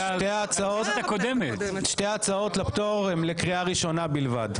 --- שתי ההצעות לפטור הן לקריאה ראשונה בלבד.